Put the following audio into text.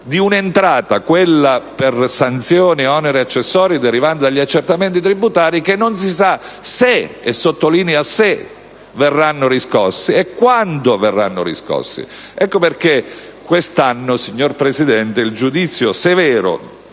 di un'entrata, quella per sanzioni ed oneri accessori derivanti dagli accertamenti tributari, che non si sa se (e sottolineo se) e quando verranno riscossi. Ecco perché quest'anno, signor Presidente, il giudizio severo